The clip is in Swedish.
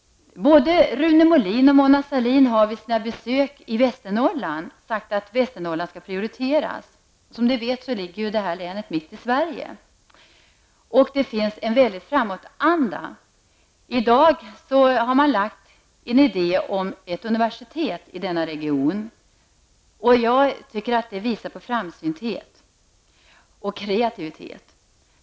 Både Rune Molin och Mona Sahlin har vid sina besök i Västernorrland sagt att Västernorrland skall prioriteras. Som vi vet ligger detta län mitt i Sverige, och det finns en mycket stor framåtanda. Det finns i dag idéer om att placera ett universitet i denna region. Jag tycker att det visar på kreativitet och framsynthet.